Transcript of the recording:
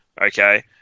okay